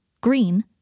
Green